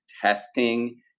testing